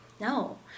No